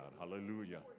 Hallelujah